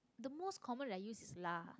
the most common that i use is lah